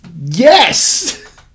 Yes